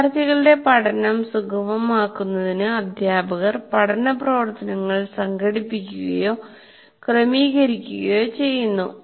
വിദ്യാർത്ഥികളുടെ പഠനം സുഗമമാക്കുന്നതിന് അധ്യാപകർ പഠന പ്രവർത്തനങ്ങൾ സംഘടിപ്പിക്കുകയോ ക്രമീകരിക്കുകയോ ചെയ്യുന്നു